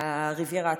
בריביירה הצרפתית.